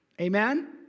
Amen